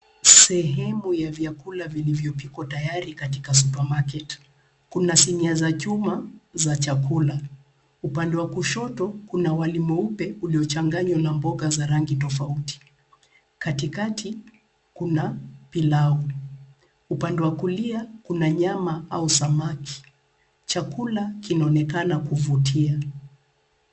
Sehemu ya vyakula vilivyopikwa tayari katika supermarket . Kuna sinia za chuma za chakula, upande wa kushoto kuna wali mweupe ulio changanywa na mboga za rangi tofauti. Katikati, kuna pilau. Upande wa kulia kuna nyama au samaki. Chakula kinaonekana kuvutia.